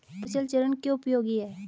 फसल चरण क्यों उपयोगी है?